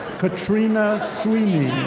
katrina sweeney.